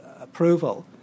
approval